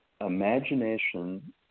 Imagination